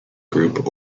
group